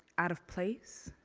out of place.